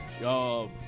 Y'all